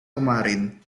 kemarin